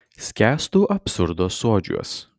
skęstu absurdo suodžiuos